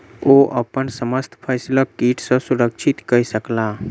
ओ अपन समस्त फसिलक कीट सॅ सुरक्षित कय सकला